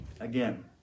Again